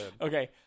Okay